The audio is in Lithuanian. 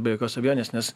be jokios abejonės nes